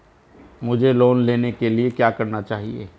मुझे लोन लेने के लिए क्या चाहिए?